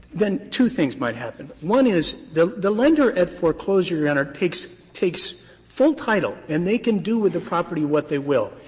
then two things might happen. one is the the lender at foreclosure, your honor, takes takes full title, and they can do with the property what they will.